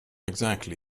exactly